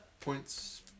points